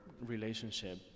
relationship